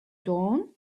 dawn